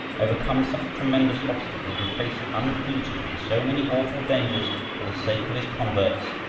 overcome such tremendous obstacles, and faced unflinchingly so many awful dangers for the sake of his converts,